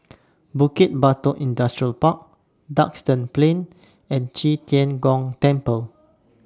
Bukit Batok Industrial Park Duxton Plain and Qi Tian Gong Temple